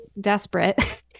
desperate